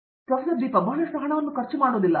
ದೀಪಾ ವೆಂಕಟೇಶ್ ಇಲ್ಲ ಬಹಳಷ್ಟು ಹಣವನ್ನು ಖರ್ಚು ಮಾಡುವುದಿಲ್ಲ